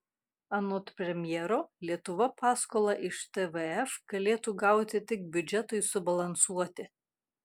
anot premjero lietuva paskolą iš tvf galėtų gauti tik biudžetui subalansuoti